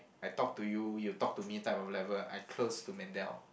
I talk to you you talk to me type of level I close to Mendel